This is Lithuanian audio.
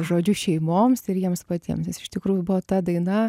žodžiu šeimoms ir jiems patiems nes iš tikrųjų buvo ta daina